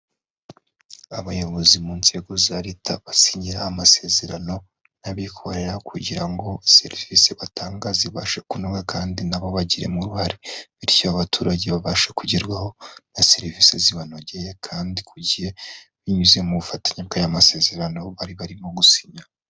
Abayobozi mu nzego za leta basinye amasezerano y'abikorera kugira ngo serivisi batanga zibashe kunozwa kandi nabo bagiremo uruhare, bityo abaturage babashe kugerwaho na serivisi zibanogeye kandi ku gihe binyuze mu bufatanye bw'aya masezerano bari barimo gusinya.